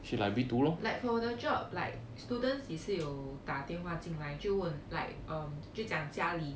like for the job like students 也是有打电话进来就问 like um 就讲家里